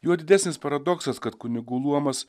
juo didesnis paradoksas kad kunigų luomas